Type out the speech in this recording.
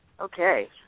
Okay